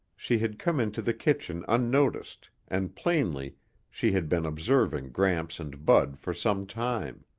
she had come into the kitchen unnoticed and plainly she had been observing gramps and bud for some time.